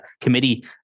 committee